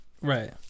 Right